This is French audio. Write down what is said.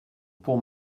pour